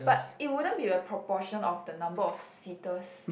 but it wouldn't be a proportion of the number of seaters